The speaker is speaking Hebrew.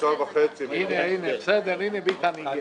הנה ביטן הגיע.